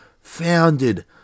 founded